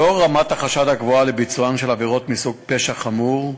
לאור רמת החשד הגבוהה לביצוען של עבירות מסוג פשע חמור,